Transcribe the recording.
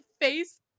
face